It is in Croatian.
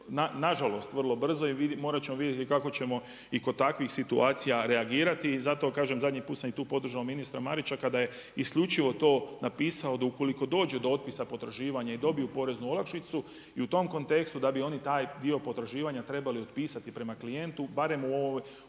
nažalost vrlo brzo i morat ćemo vidjeti kako ćemo i kod takvih situacija reagirati i zato kažem zadnji put sam tu podržao ministra Marića kada je isključivo to napisao da ukoliko dođe do otpisa potraživanja i dobiju poreznu olakšicu i u tom kontekstu da bi oni taj dio potraživanja trebali otpisati prema klijentu barem u ovoj